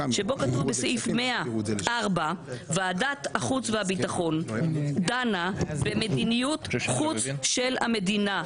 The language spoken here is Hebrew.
כתוב בסעיף 100(4): ועדת החוץ והביטחון דנה במדיניות חוץ של המדינה,